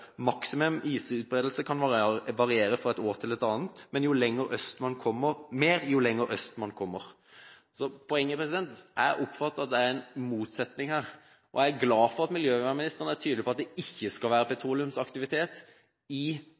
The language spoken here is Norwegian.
Maksimum isutbredelse kan variere fra et år til et annet, mer jo lenger øst man kommer.» Poenget er at jeg oppfatter at det er en motsetning her. Jeg er glad for at miljøvernministeren er tydelig på at det ikke skal være petroleumsaktivitet i